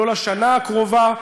לא לשנה הקרובה,